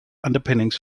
underpinnings